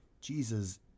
jesus